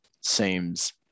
seems